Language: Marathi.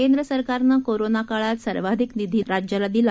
केंद्रसरकारनं कोरोना काळात सर्वाधिक निधी राज्याला दिला